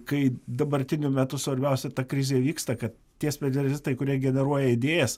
kai dabartiniu metu svarbiausia ta krizė vyksta kad tie specialistai kurie generuoja idėjas